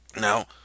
Now